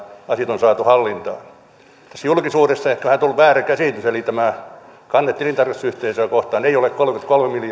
on saatu hallintaan julkisuudessa on ehkä vähän tullut väärä käsitys eli kanne tilintarkastusyhteisöä kohtaan ei ole kolmekymmentäkolme miljoonaa ei kolmekymmentä miljoonaa niin kuin edustaja rinne tänään näkyi ylellä